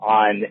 on